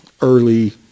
Early